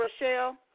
Rochelle